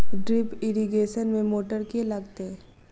Drip irrigation मे motor केँ लागतै?